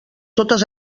totes